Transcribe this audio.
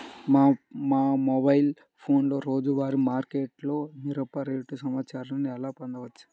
మా మొబైల్ ఫోన్లలో రోజువారీ మార్కెట్లో మిరప రేటు సమాచారాన్ని ఎలా పొందవచ్చు?